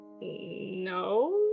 No